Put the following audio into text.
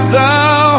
thou